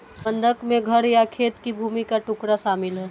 बंधक में घर या खेत की भूमि का टुकड़ा शामिल है